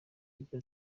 agira